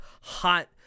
hot